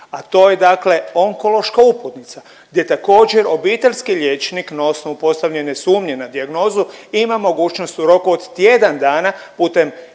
a to je dakle onkološka uputnica gdje također obiteljski liječnik na osnovu postavljene sumnje na dijagnozu ima mogućnost u roku od tjedan dana putem